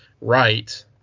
right